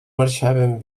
marxaven